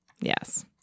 Yes